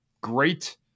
great